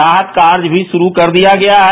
राहत कार्य मी शुरू कर दिया गया है